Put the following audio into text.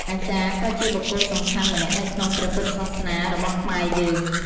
អាចារ្យ ក៏ជាបុគ្គលសំខាន់ម្នាក់នៅក្នុងព្រះពុទ្ធសាសនារបស់ខ្មែរយើង។